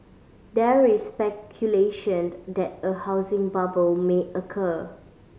there is speculation that a housing bubble may occur